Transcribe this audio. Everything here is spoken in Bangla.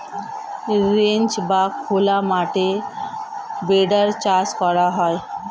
রেঞ্চ বা খোলা মাঠে ভেড়ার চাষ করা হয়